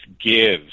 gives